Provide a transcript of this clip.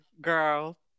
girl